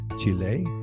Chile